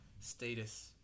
status